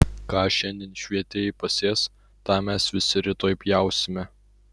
ką šiandien švietėjai pasės tą mes visi rytoj pjausime